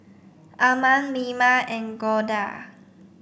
Arman Mima and Goldia